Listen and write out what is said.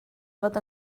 fod